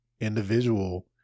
individual